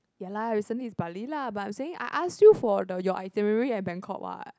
ya lah recently is Bali lah but I'm saying I ask you for the your itinerary at Bangkok what